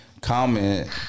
comment